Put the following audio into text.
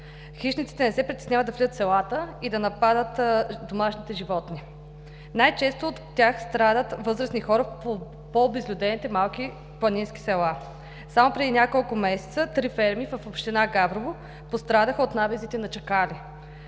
Хищниците не се притесняват да влизат в селата и да нападат домашните животни. Най-често от тях страдат възрастни хора в по-обезлюдените малки планински села. Само преди няколко месеца три ферми в община Габрово пострадаха от набезите на чакали.